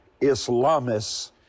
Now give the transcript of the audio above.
Islamists